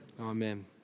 Amen